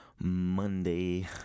Monday